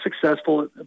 successful